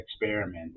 experiment